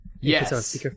Yes